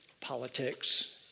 politics